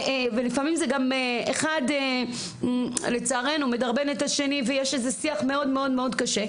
לפעמים לצערי זה אחד מדרבן את השני ויש איזה שיח מאוד קשה,